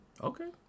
Okay